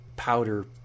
Powder